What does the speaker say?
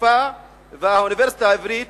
חיפה והאוניברסיטה העברית,